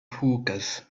hookahs